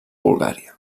bulgària